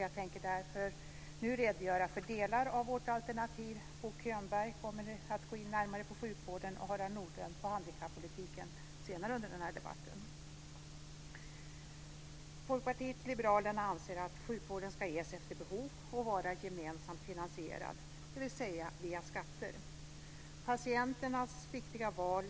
Jag tänker därför nu redogöra för delar av vårt alternativ. Bo Könberg kommer att gå in närmare på sjukvården och Harald Nordlund på handikappolitiken senare under den här debatten. Folkpartiet liberalerna anser att sjukvården ska ges efter behov och vara gemensamt finansierad, dvs. via skatter. Patienternas viktiga val